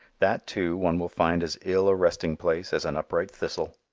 that, too, one will find as ill a resting place as an upright thistle.